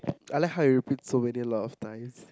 I like how you repeat so many a lot of times